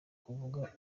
kuvuga